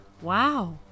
Wow